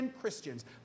Christians